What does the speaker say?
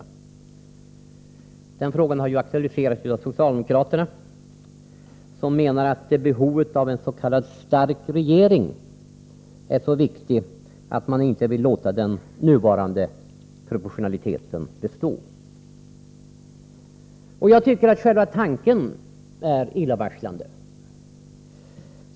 Den frågan har Vissa frågor på det Vissa frågor på det aktualiserats av socialdemokraterna, som menar att behovet av ens.k. stark regering är så viktigt att tillgodose att man inte vill låta den nuvarande proportionaliteten bestå. Jag tycker att själva tanken är illavarslande.